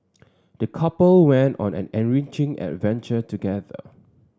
the couple went on an enriching adventure together